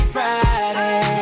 Friday